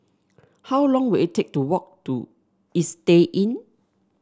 how long will it take to walk to Istay Inn